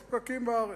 יש פקקים בארץ.